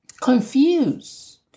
confused